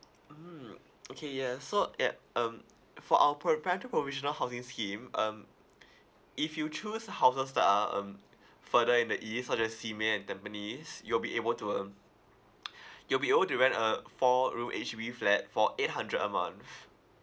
mmhmm okay yeah so yup um for our paren~ parenthood provisional housing scheme um if you choose houses that are um further in the east so there's simei and tampines you'll be able to um you'll be able to rent a four room H_D_B flat for eight hundred a month